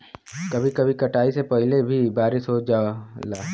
कभी कभी कटाई से पहिले भी बारिस हो जाला